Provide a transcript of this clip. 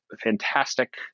fantastic